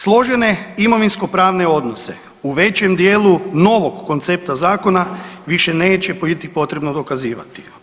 Složene imovinskopravne odnose u većem dijelu novog koncepta zakona više neće biti potrebno dokazivati.